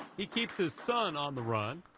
he keeps his son on the run.